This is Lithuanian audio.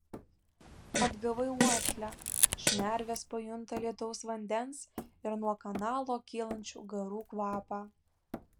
atgavai uoslę šnervės pajunta lietaus vandens ir nuo kanalo kylančių garų kvapą